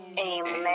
Amen